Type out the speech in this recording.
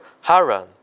Haran